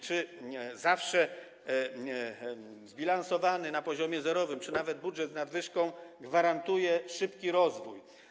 Czy zawsze zbilansowany na poziomie zerowym, czy nawet budżet z nadwyżką gwarantuje szybki rozwój?